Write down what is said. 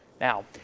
Now